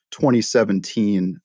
2017